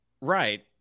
Right